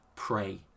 Pray